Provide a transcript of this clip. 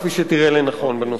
כפי שתראה לנכון בנושא.